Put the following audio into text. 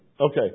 Okay